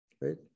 right